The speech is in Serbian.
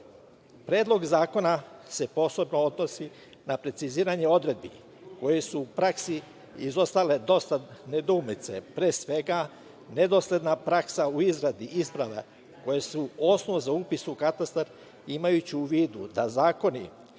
zakona se posebno odnosi na preciziranje odredbi koje su u praksi izostale. Pre svega, nedosledna praksa u izradi isprava koje su osnov za upis u katastar, imajući u vidu da zakoni,